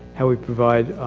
how we provide,